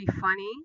funny